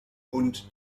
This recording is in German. bund